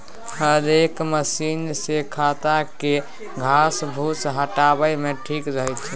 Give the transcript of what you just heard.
हेरेक मशीन सँ खेत केर घास फुस हटाबे मे ठीक रहै छै